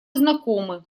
знакомы